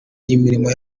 imirimo